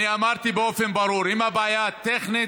אני אמרתי באופן ברור: אם הבעיה טכנית,